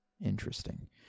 Interesting